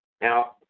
Now